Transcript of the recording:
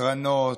קרנות,